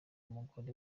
umugore